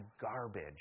garbage